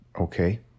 Okay